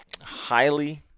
highly